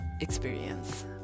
experience